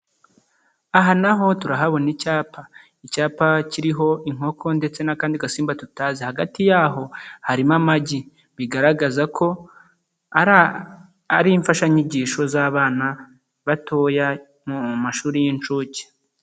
Aha naho turahabona icyapa icyapa kiriho inkoko ndetse n'akandi gasimba tutazi hagati yaho harimo amagi, bigaragaza ko ari imfashanyigisho z'abana batoya bo mu mashuri y'inshuke.